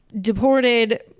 deported